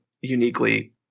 uniquely